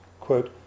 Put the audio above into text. quote